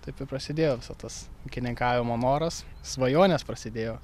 taip ir prasidėjo visa tas ūkininkavimo noras svajonės prasidėjo